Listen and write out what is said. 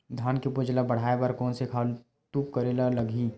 धान के उपज ल बढ़ाये बर कोन से खातु डारेल लगथे?